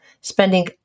spending